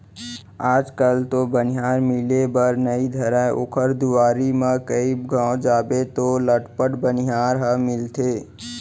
आज कल तो बनिहार मिले बर नइ धरय ओकर दुवारी म कइ घौं जाबे तौ लटपट बनिहार ह मिलथे